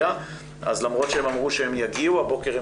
למרות שהם אמרו שהם יגיעו הבוקר,